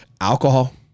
Alcohol